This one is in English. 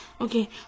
Okay